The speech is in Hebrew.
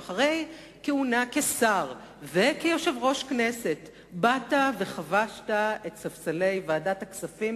שאחרי כהונה כשר וכיושב-ראש הכנסת באת וחבשת את ספסלי ועדת הכספים